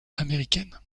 américaine